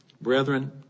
Brethren